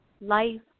life